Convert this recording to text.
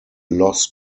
loss